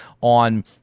on